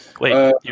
wait